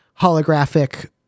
holographic